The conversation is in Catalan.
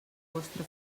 vostre